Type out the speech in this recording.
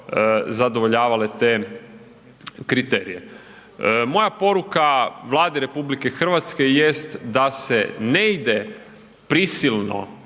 zadovoljavale te kriterije. Moja poruka Vladi RH jest da se ne ide prisilno